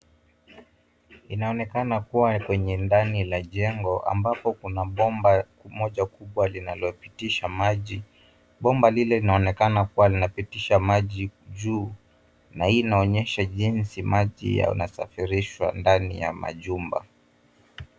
Inaonekana kua kwenye ndani la jengo, ambapo kuna bomba moja kubwa linalopitisha maji. Bomba lile linaonekana kua linapitisha maji juu, na hii inaonyesha jinsi maji yanasafirishwa ndani ya majumba.